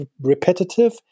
repetitive